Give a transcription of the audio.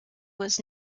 was